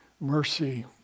mercy